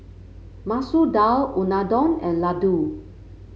Masoor Dal Unadon and Ladoo